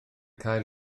cael